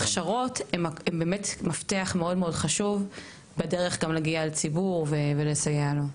הכשרות הן באמת מפתח מאוד חשוב בדרך לציבור ולמתן המענה המדויק עבורו.